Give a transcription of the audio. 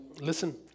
listen